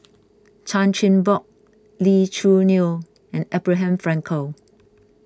Chan Chin Bock Lee Choo Neo and Abraham Frankel